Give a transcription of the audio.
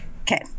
okay